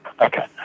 okay